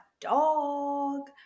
dog